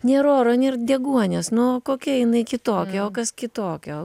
nėr oro nėr deguonies nu o kokia jinai kitokia o kas kitokio